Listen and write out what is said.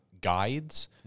guides